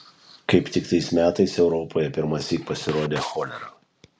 kaip tik tais metais europoje pirmąsyk pasirodė cholera